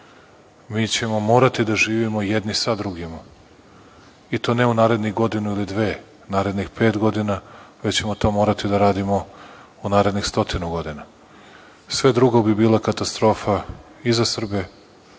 Mi ćemo morati da živimo jedni sa drugima i to ne u narednih godinu ili dve, narednih pet godina, već ćemo to morati da radimo u narednih stotinu godina. Sve drugo bi bila katastrofa i za Srbe